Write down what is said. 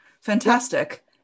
Fantastic